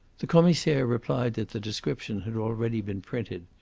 the commissaire replied that the description had already been printed,